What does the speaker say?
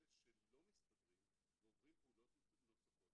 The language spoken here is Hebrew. אלה שלא מסתדרים ועוברים פעולות נוספות,